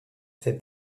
fait